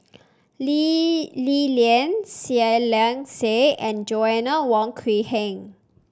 Lee Li Lian Saiedah Said and Joanna Wong Quee Heng